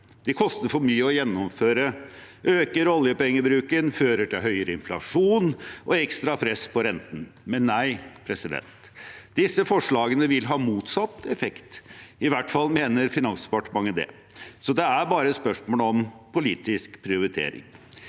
de koster for mye å gjennomføre, at de øker oljepengebruken, og at de fører til høyere inflasjon og ekstra press på renten. Nei, disse forslagene vil ha motsatt effekt – i hvert fall mener Finansdepartementet det. Så det er bare et spørsmål om politisk prioritering.